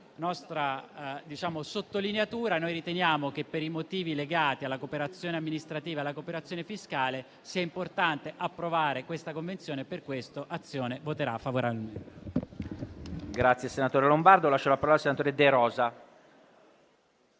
nostra sottolineatura, noi riteniamo che, per i motivi legati alla cooperazione amministrativa e alla cooperazione fiscale, sia importante approvare la Convenzione. Per questo il Gruppo Azione voterà favorevolmente.